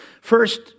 First